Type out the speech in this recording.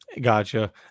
Gotcha